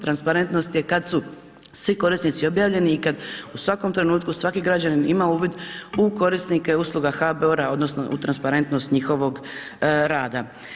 Transparentnost je kad su svi korisnici objavljeni i kad u svakom trenutku, svaki građanin ima uvid u korisnike usluge HBOR-a odnosno u transparentnost njihovog rada.